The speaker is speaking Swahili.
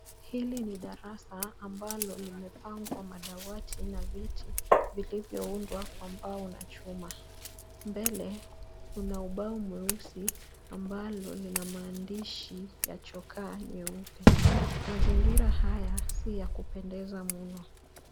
Hili ni darasa ambalo limepangwa madawati na viti vilivyoundwa kwa mbao na chuma mbele kuna ubao mweusi ambalo lina maandishi ya chokaa nyeupe mazingira haya si ya kupendeza mno